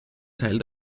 teil